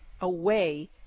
away